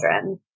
children